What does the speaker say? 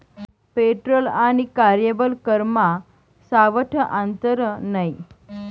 petrol आणि कार्यबल करमा सावठं आंतर नै